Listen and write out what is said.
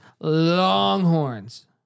Longhorns